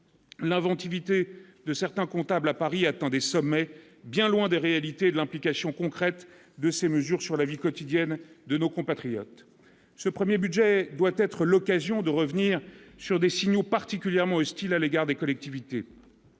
L'inventivité de certains comptables à Paris attend des sommets, bien loin des réalités de l'implication concrète de ces mesures sur la vie quotidienne de nos compatriotes, ce 1er budget doit être l'occasion de revenir sur des signaux particulièrement hostile à l'égard des collectivités,